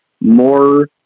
more